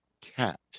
cat